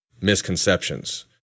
misconceptions